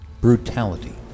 brutality